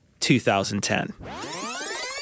2010